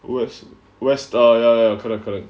west west ah ya ya correct correct